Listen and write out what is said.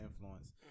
influence